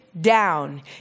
down